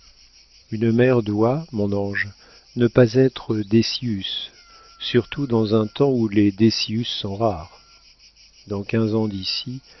une mère doit mon ange ne pas être décius surtout dans un temps où les décius sont rares dans quinze ans d'ici